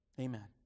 Amen